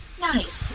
Nice